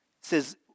says